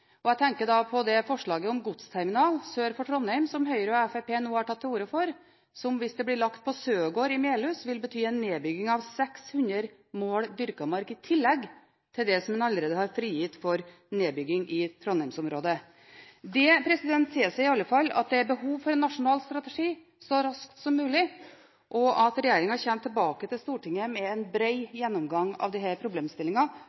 Jeg tenker da på det forslaget om godsterminal sør for Trondheim, som Høyre og Fremskrittspartiet nå har tatt til orde for, som – hvis det blir lagt på Søberg i Melhus – vil bety en nedbygging av 600 mål dyrket mark, i tillegg til det som en allerede har frigitt for nedbygging i Trondheimsområdet. Det tilsier i alle fall at det er behov for en nasjonal strategi så raskt som mulig, og at regjeringen kommer tilbake til Stortinget med en